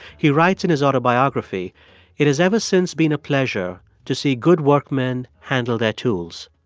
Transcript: he writes in his autobiography it has ever since been a pleasure to see good workmen handle their tools.